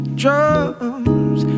drums